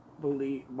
believe